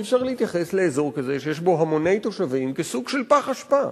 אי-אפשר להתייחס לאזור כזה שיש בו המוני תושבים כסוג של פח אשפה,